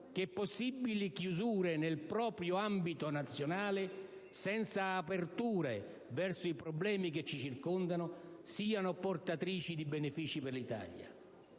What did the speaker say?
che possibili chiusure nel proprio ambito nazionale, senza aperture nei riguardi dei problemi che ci circondano, siano portatrici di benefici per l'Italia.